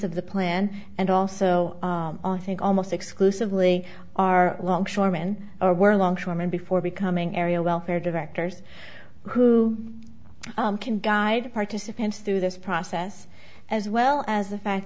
of the plan and also often almost exclusively are longshoreman or were longshoreman before becoming area welfare directors who can guide participants through this process as well as the fact